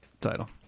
title